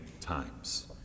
times